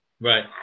Right